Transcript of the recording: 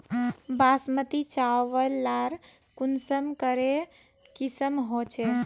बासमती चावल लार कुंसम करे किसम होचए?